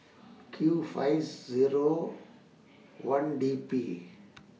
Q fines Zero one D P